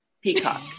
Peacock